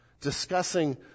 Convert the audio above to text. Discussing